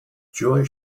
joy